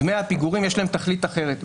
לדמי הפיגורים יש תכלית אחרת,